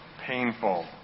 painful